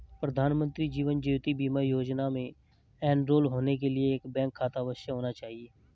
प्रधानमंत्री जीवन ज्योति बीमा योजना में एनरोल होने के लिए एक बैंक खाता अवश्य होना चाहिए